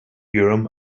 urim